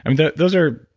and yeah those are,